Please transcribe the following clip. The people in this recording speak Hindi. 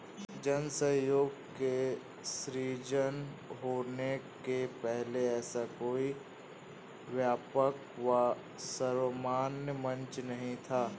जन सहयोग के सृजन होने के पहले ऐसा कोई व्यापक व सर्वमान्य मंच नहीं था